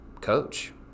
coach